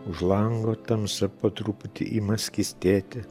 už lango tamsa po truputį ima skystėti